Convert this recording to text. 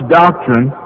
doctrine